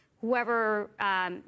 whoever